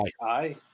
Aye